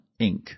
Inc